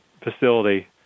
facility